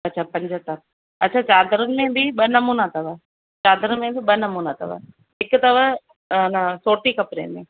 अच्छा पंजहतरि अच्छा चादरुनि में बि ॿ नमूना अथव चादर में बि ॿ नमूना अथव हिक अथव अन सोटी कपिड़े में